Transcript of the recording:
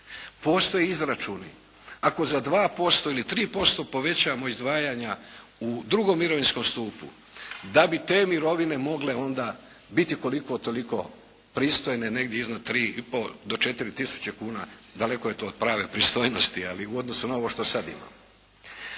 Postoje izračuni ako za 2% ili 3% povećamo izdvajanja u drugom mirovinskom stupu da bi te mirovine mogle onda biti koliko toliko pristojne, negdje iznad 3,5 do 4 tisuće kuna. Daleko je to od pravne pristojnosti ali u odnosu na ovo što sad imamo.